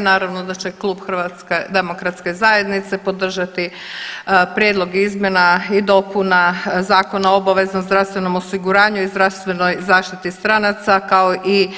Naravno da će klub HDZ-a podržati prijedlog izmjena i dopuna Zakona o obaveznom zdravstvenom osiguranju i zdravstvenoj zaštiti stranaca kao i